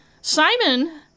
Simon